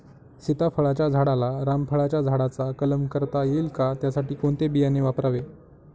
सीताफळाच्या झाडाला रामफळाच्या झाडाचा कलम करता येईल का, त्यासाठी कोणते बियाणे वापरावे?